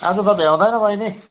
आज त भ्याउँदैन बहिनी